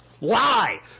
Lie